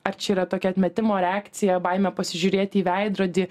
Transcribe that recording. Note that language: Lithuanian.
ar čia yra tokia atmetimo reakcija baimė pasižiūrėti į veidrodį